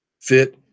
fit